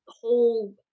whole